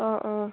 অঁ অঁ